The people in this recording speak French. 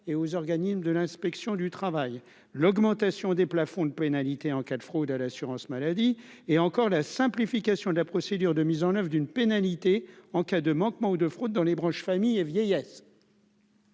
et aux organismes de l'inspection du travail, l'augmentation des plafonds de pénalités en cas de fraude à l'assurance maladie et encore la simplification de la procédure de mise en oeuvre d'une pénalité en cas de manquement ou de fraude dans les branches famille et vieillesse.